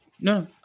No